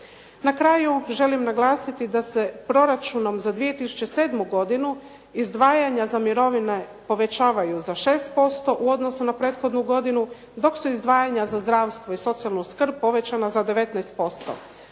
Na kraju želim naglasiti da se proračunom za 2007. godinu izdvajanja za mirovine povećavaju za 6% u odnosu na prethodnu godinu, dok su izdvajanja za zdravstvo i socijalnu skrb povećana za 19%.